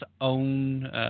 own